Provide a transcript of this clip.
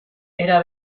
era